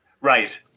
Right